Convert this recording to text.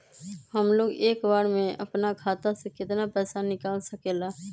हमलोग एक बार में अपना खाता से केतना पैसा निकाल सकेला?